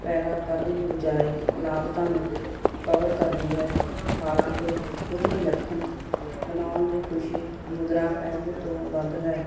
ਪੈਦਾ ਕਰਨ ਦੀ ਬਜਾਏ ਲਾਗਤਾਂ ਨੂੰ ਕਵਰ ਕਰਦੀ ਹੈ ਹਾਲਾਂਕਿ ਕੁਝ ਵਿਲੱਖਣ ਬਣਾਉਣ ਦੀ ਖੁਸ਼ੀ ਮੁਦਰਾ ਪਹਿਲੂ ਤੋਂ ਵੱਧ ਹੈ